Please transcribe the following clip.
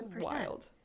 wild